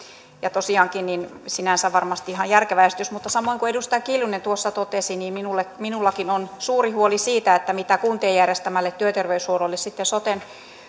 tosiaankin sinänsä varmasti ihan järkevä esitys mutta samoin kuin edustaja kiljunen tuossa totesi minullakin on suuri huoli siitä mitä kuntien järjestämälle työterveyshuollolle sitten soten